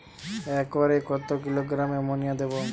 একরে কত kilogram ammonia দেবো?